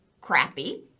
crappy